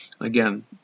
Again